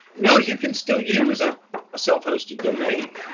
no, you can still use ah a self hosted domain.